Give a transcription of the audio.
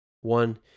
One